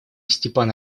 степан